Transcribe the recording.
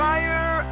Fire